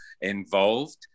involved